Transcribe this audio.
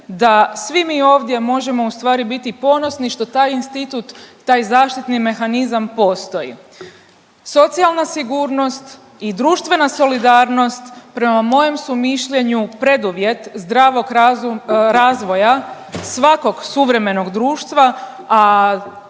da svi mi ovdje možemo u stvari biti ponosni što taj institut, taj zaštitni mehanizam postoji. Socijalna sigurnost i društvena solidarnost prema mojem su mišljenju preduvjet zdravog razvoja svakog suvremenog društva,